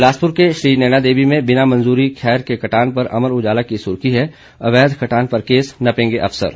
बिलासपुर के श्रीनयना देवी में बिना मंजूरी खैर के कटान पर अमर उजाला की सुर्खी है अवैध कटान पर केस नपेंगे अफसर